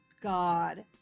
God